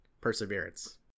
perseverance